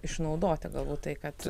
išnaudoti galbūt tai kad